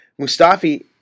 Mustafi